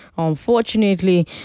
Unfortunately